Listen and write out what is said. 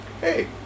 Hey